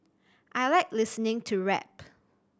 I like listening to rap